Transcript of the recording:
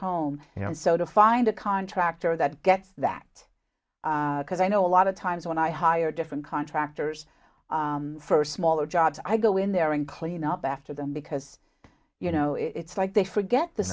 home you know and so to find a contractor that gets that because i know a lot of times when i hire different contractors for smaller jobs i go in there and clean up after them because you know it's like they forget the